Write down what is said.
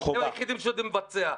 הם היחידים שיודעים לבצע.